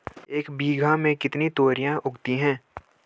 एक बीघा में कितनी तोरियां उगती हैं?